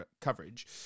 coverage